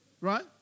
Right